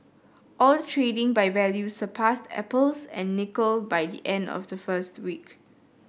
oil trading by value surpassed apples and nickel by the end of the first week